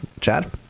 Chad